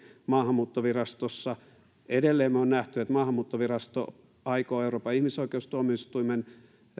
maahanmuuttovirastossa ja edelleen me olemme nähneet että maahanmuuttovirasto aikoo euroopan ihmisoikeustuomioistuimen